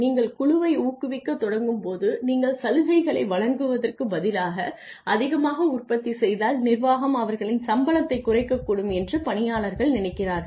நீங்கள் குழுவை ஊக்குவிக்கத் தொடங்கும் போது நீங்கள் சலுகைகளை வழங்குவதற்குப் பதிலாக அதிகமாக உற்பத்தி செய்தால் நிர்வாகம் அவர்களின் சம்பளத்தைக் குறைக்கக்கூடும் என்று பணியாளர்கள் நினைக்கிறார்கள்